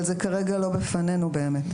אבל כרגע זה לא בפנינו באמת.